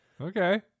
okay